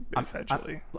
essentially